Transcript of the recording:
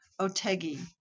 Otegi